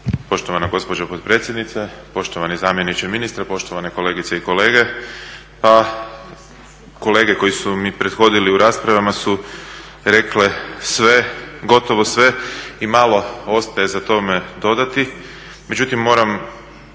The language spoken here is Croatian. Poštovana gospođo potpredsjednice, poštovani zamjeniče ministra, poštovane kolegice i kolege. Pa kolege koji su mi prethodili u raspravama su rekle sve, gotovo sve i malo ostaje za tome dodati. Međutim, moram,